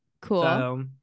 cool